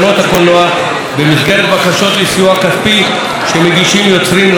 במסגרת בקשות לסיוע כספי שמגישים יוצרים לקרנות.